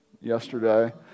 yesterday